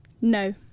no